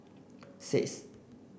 six